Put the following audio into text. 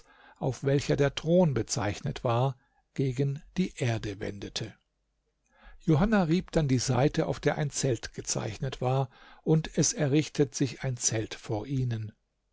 auf welcher der thron bezeichnet war gegen die erde wendete johanna rieb dann die seite auf der ein zelt gezeichnet war und es errichtet sich ein zelt vor ihnen